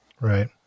Right